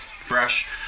fresh